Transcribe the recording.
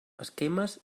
esquemes